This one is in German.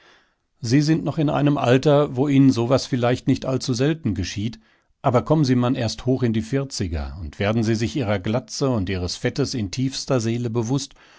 sie sind noch in einem alter wo ihnen so was vielleicht nicht allzu selten geschieht aber kommen sie man erst hoch in die vierziger und werden sie sich ihrer glatze und ihres fettes in tiefster seele bewußt